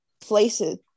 places